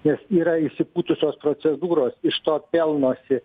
nes yra išsipūtusios procedūros iš to pelnosi